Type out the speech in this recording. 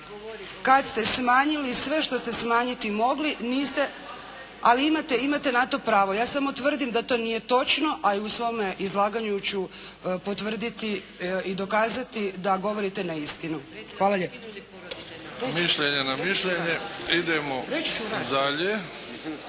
kad se smanjili sve što ste smanjiti mogli niste … /Upadica se ne čuje./ …… ali imate na to pravo. Ja samo tvrdim da to nije točno, a i u svome izlaganju ću potvrditi i dokazati da govorite neistinu. Hvala lijepo. **Bebić, Luka (HDZ)** Mišljenje na mišljenje. Idemo dalje.